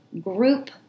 group